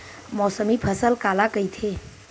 मौसमी फसल काला कइथे?